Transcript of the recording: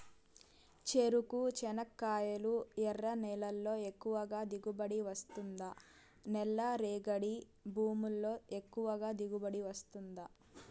చెరకు, చెనక్కాయలు ఎర్ర నేలల్లో ఎక్కువగా దిగుబడి వస్తుందా నల్ల రేగడి భూముల్లో ఎక్కువగా దిగుబడి వస్తుందా